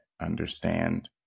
understand